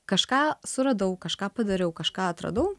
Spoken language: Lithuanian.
kažką suradau kažką padariau kažką atradau